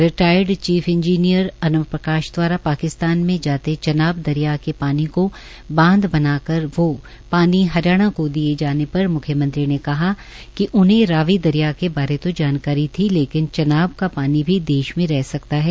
retired chief engineer Anav Prakash द्वारा पाकिस्तान में जाते चुनाव दरिया से पानी का बांध बनाकर वो पानी हरियाणा को दिए जाने पर मुख्यमंत्री ने कहा कि दरिया के बारे तो जानकारी थी लेकिन चनाव का पानी भी देश में रह सकता है